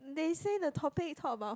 they say the topic is talk about